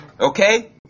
Okay